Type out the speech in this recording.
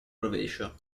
rovescio